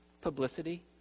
Publicity